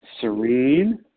Serene